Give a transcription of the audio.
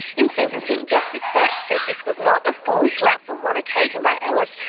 in sentencing, justice batt said this was not a foolish lapse on one occasion by ellis,